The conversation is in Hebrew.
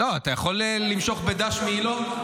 ------ אתה יכול למשוך בדש מעילו?